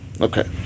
okay